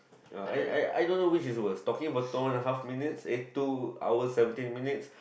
uh I I I don't know which is worst talking about two half minutes eh two hour seventeen minutes